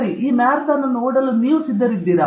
ಸರಿ ಈ ಮ್ಯಾರಥಾನ್ ಅನ್ನು ಓಡಿಸಲು ನೀವು ಸಿದ್ಧರಿದ್ದೀರಾ